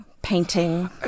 painting